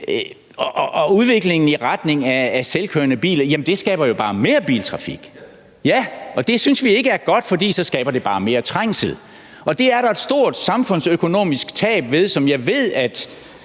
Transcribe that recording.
Og udviklingen i retning af selvkørende biler skaber jo bare mere biltrafik. Ja, og det synes vi ikke er godt, for så skaber det bare mere trængsel, og det er der et stort samfundsøkonomisk tab ved, som jeg ved at